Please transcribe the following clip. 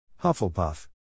Hufflepuff